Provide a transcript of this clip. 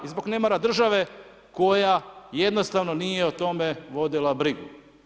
I zbog nemara države koja jednostavno nije o tome vodila brigu.